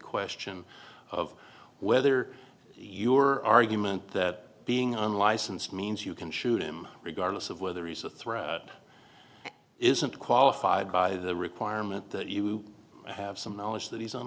question of whether your argument that being on license means you can shoot him regardless of whether he's a threat isn't qualified by the requirement that you have some knowledge that